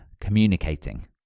communicating